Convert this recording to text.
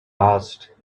asked